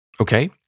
Okay